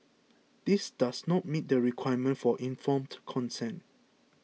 this does not meet the requirement for informed consent